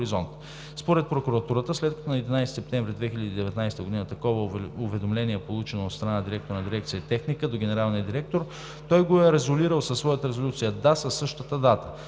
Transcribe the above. Според прокуратурата, след като на 11 септември 2019 г. такова уведомление е получено от страна на директора на дирекция „Техника“ до генералния директор, той го е резолирал със своята резолюция „да“ със същата дата.